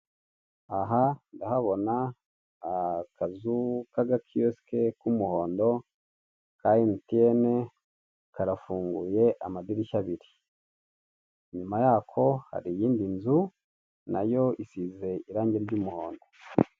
Aha ndahabona akazu k'agakiyosike k'umuhondo ka emutiyene, karafunguye amadirishya abiri, inyuma yako hari iyindi nzu nayo isize irangi ry'umuhondo.